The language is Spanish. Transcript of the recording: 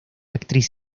actriz